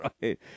right